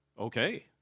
Okay